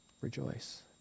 Rejoice